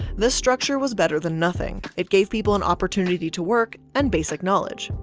the structure was better than nothing. it gave people an opportunity to work and basic knowledge,